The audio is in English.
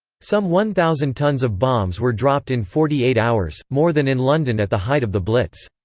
some one thousand tons of bombs were dropped in forty eight hours, more than in london at the height of the blitz.